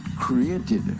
created